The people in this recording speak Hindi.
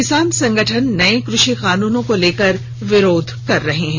किसान संगठन नए कृषि कानूनों को लेकर विरोध कर रहे हैं